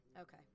Okay